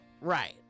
Right